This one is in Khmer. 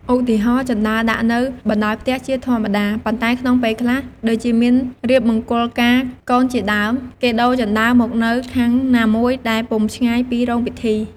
ឧទាហរណ៍ ជណ្តើរដាក់នៅបណ្តោយផ្ទះជាធម្មតា ប៉ុនែ្តក្នុងពេលខ្លះ ដូចជាមានរៀបមង្គលការកូនជាដើម គេដូរជណ្ដើរមកនៅខាងណាមួយដែលពុំឆ្ងាយពីរោងពិធី។